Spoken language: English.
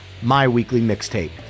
myweeklymixtape